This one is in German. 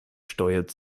steuert